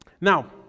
Now